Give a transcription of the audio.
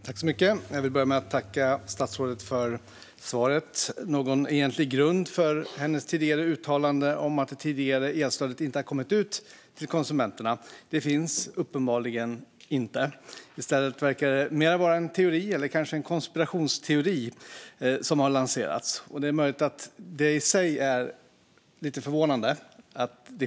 Fru talman! Jag vill börja med att tacka statsrådet för svaret. Någon egentlig grund för hennes uttalande om att det tidigare elstödet inte har kommit ut till konsumenterna finns uppenbarligen inte. I stället verkar det mera vara en teori - eller en konspirationsteori - som har lanserats. Det är i sig förvånande.